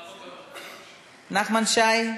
מוותר, נחמן שי,